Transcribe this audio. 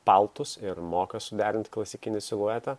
paltus ir moka suderint klasikinį siluetą